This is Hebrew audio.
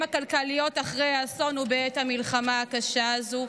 הכלכליות אחרי האסון ובעת המלחמה הקשה הזו,